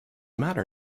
matter